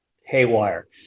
haywire